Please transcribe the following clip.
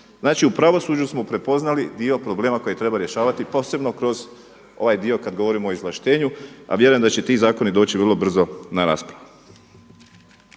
Znači u pravosuđu smo prepoznali dio problema koji treba rješavati, posebno kroz ovaj dio kada govorimo o izvlaštenju, a vjerujem da će ti zakoni doći vrlo brzo na raspravu.